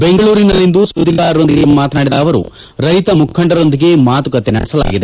ಬೆಂಗಳೂರಿನಲ್ಲಿಂದು ಸುದ್ದಿಗಾರರೊಂದಿಗೆ ಮಾತನಾಡಿದ ಅವರು ರೈತ ಮುಖಂಡರೊಂದಿಗೆ ಮಾತುಕತೆ ನಡೆಸಲಾಗಿದೆ